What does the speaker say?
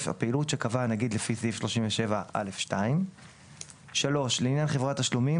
הפעילות שקבע הנגיד לפי סעיף 37(א)(2); לעניין חברת תשלומים